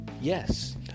Yes